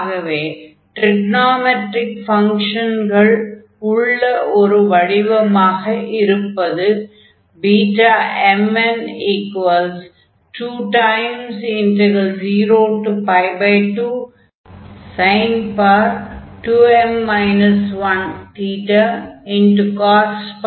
ஆகவே ட்ரிகனாமெட்ரிக் ஃபங்ஷன்கள் உள்ள ஒரு வடிவமாக இருப்பது Bmn202sin2m 1 dθ ஆகும்